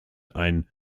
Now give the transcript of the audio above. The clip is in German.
ein